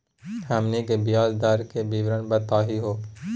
हमनी के ब्याज दर के विवरण बताही हो?